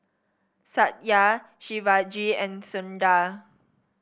Satya Shivaji and Sundar